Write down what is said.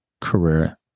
career